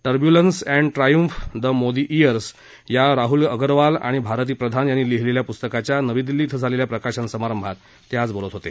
turbulence and triumph the Modi years या राहुल अग्रवाल आणि भारती प्रधान यांनी लिहिलेल्या पुस्तकाच्या नवी दिल्ली इथं झालेल्या प्रकाशन समारंभात ते आज बोलत होते